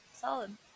Solid